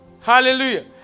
Hallelujah